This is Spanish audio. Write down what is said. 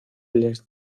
les